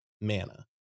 mana